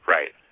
Right